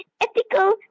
ethical